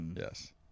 Yes